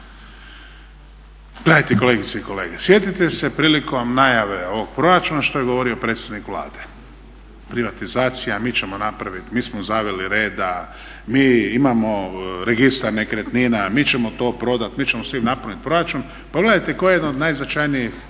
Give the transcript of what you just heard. Gledajte kolegice i kolege, sjetite se prilikom najave ovog proračuna što je govorio predsjednik Vlade. Privatizacija, mi ćemo napravit, mi smo zaveli reda, mi imamo registar nekretnina, mi ćemo to prodat, mi ćemo s tim napravit proračun. Pogledajte koja je od najznačajnijih